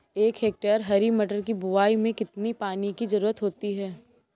एक हेक्टेयर हरी मटर की बुवाई में कितनी पानी की ज़रुरत होती है?